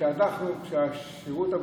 כשאנחנו, כששירות הביטחון,